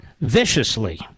viciously